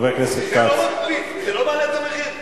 זה לא מעלה את המחיר?